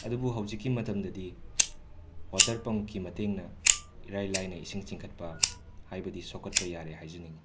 ꯑꯗꯨꯕꯨ ꯍꯧꯖꯤꯛꯀꯤ ꯃꯇꯝꯗꯗꯤ ꯋꯥꯇꯔ ꯄꯝꯀꯤ ꯃꯇꯦꯡꯅ ꯏꯔꯥꯏ ꯂꯥꯏꯅ ꯏꯁꯤꯡ ꯆꯤꯡꯈꯠꯄ ꯍꯥꯏꯕꯗꯤ ꯁꯣꯀꯠꯄ ꯌꯥꯔꯦ ꯍꯥꯏꯖꯅꯤꯡꯉꯤ